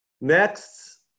Next